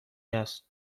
است